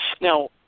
Now